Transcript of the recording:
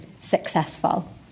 successful